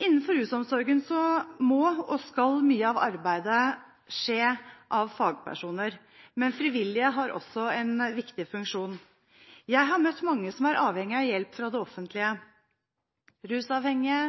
Innenfor rusomsorgen må og skal mye av arbeidet gjøres av fagpersoner, men frivillige har også en viktig funksjon. Jeg har møtt mange som er avhengige av hjelp fra det offentlige – rusavhengige,